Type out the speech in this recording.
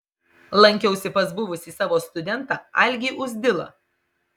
lankiausi pas buvusį savo studentą algį uzdilą